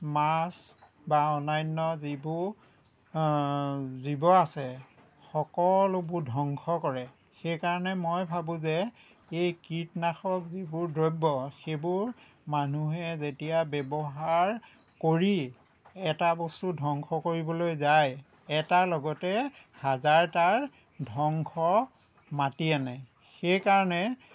মাছ বা অনান্য যিবোৰ জীৱ আছে সকলোবোৰ ধংস কৰে সেইকাৰণে মই ভাবোঁ যে এই কীটনাশক যিবোৰ দ্ৰব্য সেইবোৰ মানুহে যেতিয়া ব্যৱহাৰ কৰি এটা বস্তু ধংস কৰিবলৈ যায় এটাৰ লগতে হাজাৰটাৰ ধংস মাতি আনে সেইকাৰণে